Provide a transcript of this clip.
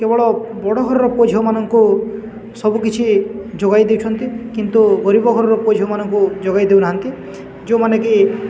କେବଳ ବଡ଼ ଘରର ପୁଅ ଝିଅମାନଙ୍କୁ ସବୁକିଛି ଯୋଗାଇ ଦେଉଛନ୍ତି କିନ୍ତୁ ଗରିବ ଘରର ପୁଅ ଝିଅମାନଙ୍କୁ ଯୋଗାଇ ଦେଉନାହାନ୍ତି ଯେଉଁମାନେ କି